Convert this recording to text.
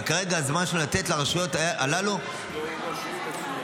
וכרגע הזמן שלנו לתת לרשויות הללו --- הוא ראש עיר מצוין.